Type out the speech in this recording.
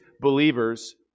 believers